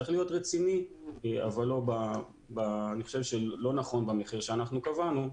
צריך להיות רציני אבל לא נכון במחיר שאנחנו קבענו,